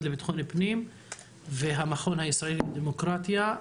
לביטחון פנים והמכון הישראלי לדמוקרטיה.